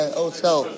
hotel